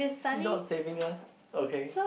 is he not saving us okay